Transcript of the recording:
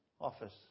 office